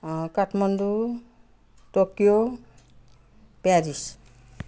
Kathmandu Tokyo Paris